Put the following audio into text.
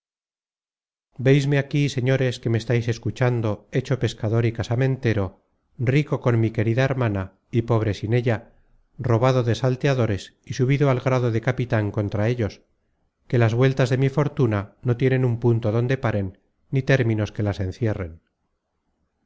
veisme aquí señores que me estáis escuchando hecho pescador y casamentero rico con mi querida hermana y pobre sin ella robado de salteadores y subido al grado de capitan contra ellos que las vueltas de mi fortuna no tienen un punto donde paren ni términos que las encierren